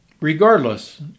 Regardless